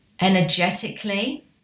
energetically